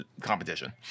competition